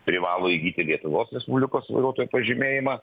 privalo įgyti lietuvos respublikos vairuotojo pažymėjimą